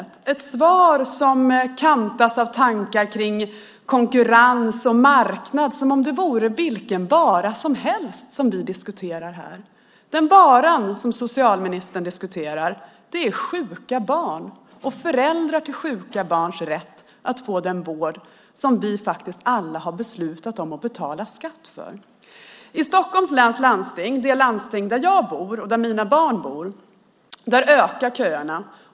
Det är ett svar som kantas av tankar kring konkurrens och marknad, som om det vore vilken vara som helst vi diskuterar här. Den vara som socialministern diskuterar är sjuka barn och föräldrar till sjuka barn, som har rätt att få den vård som vi alla har beslutat att betala skatt för. I Stockholms läns landsting, det landsting där jag och mina barn bor, ökar köerna.